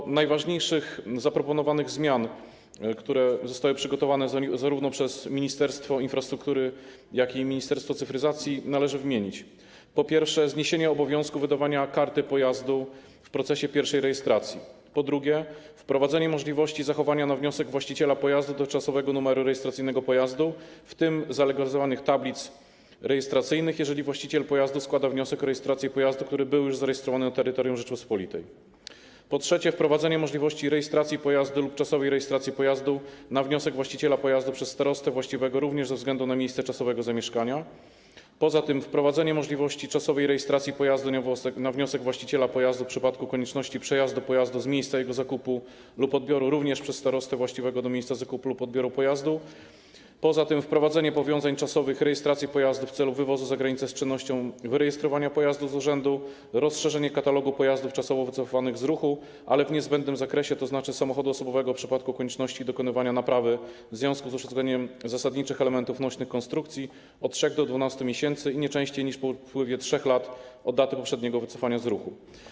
Wśród najważniejszych zaproponowanych zmian, które zostały przygotowane zarówno przez Ministerstwo Infrastruktury, jak i Ministerstwo Cyfryzacji, należy wymienić: po pierwsze, zniesienie obowiązku wydawania karty pojazdu w procesie pierwszej rejestracji; po drugie, wprowadzenie możliwości zachowania na wniosek właściciela pojazdu dotychczasowego numeru rejestracyjnego pojazdu, w tym zalegalizowanych tablic rejestracyjnych, jeżeli właściciel pojazdu składa wniosek o rejestrację pojazdu, który był już zarejestrowany na terytorium Rzeczypospolitej; po trzecie, wprowadzenie możliwości rejestracji pojazdu lub czasowej rejestracji pojazdu na wniosek właściciela pojazdu przez starostę właściwego również ze względu na miejsce czasowego zamieszkania; poza tym wprowadzenie możliwości czasowej rejestracji pojazdu na wniosek właściciela pojazdu w przypadku konieczności przejazdu pojazdu z miejsca jego zakupu lub odbioru również przez starostę właściwego dla miejsca zakupu lub odbioru pojazdu; poza tym wprowadzenie powiązań czasowej rejestracji pojazdu w celu wywozu za granicę z czynnością wyrejestrowania pojazdu z urzędu; rozszerzenie katalogu pojazdów czasowo wycofywanych z ruchu, ale w niezbędnym zakresie, tzn. samochodu osobowego w przypadku konieczności dokonywania naprawy w związku z uszkodzeniem zasadniczych elementów nośnych konstrukcji - od 3 do 12 miesięcy i nie częściej niż po upływie 3 lat od daty poprzedniego wycofania z ruchu.